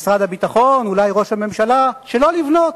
במשרד הביטחון אולי ראש הממשלה, שלא לבנות.